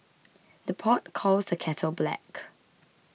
the pot calls the kettle black